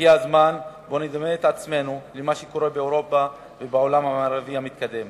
הגיע הזמן שנדמה את עצמנו למה שקורה באירופה ובעולם המערבי המתקדם